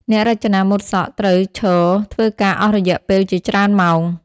អ្នករចនាម៉ូដសក់ត្រូវឈរធ្វើការអស់រយៈពេលជាច្រើនម៉ោង។